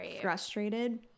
frustrated